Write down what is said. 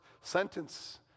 sentence